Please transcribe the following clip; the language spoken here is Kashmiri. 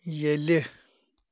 ییٚلہِ